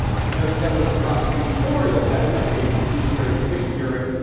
she does well in a prosecutorial setting like, say, a judiciary committee hearing.